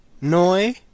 Noi